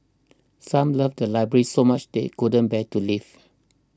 some love the library so much they couldn't bear to leave